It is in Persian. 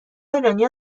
ایرانیها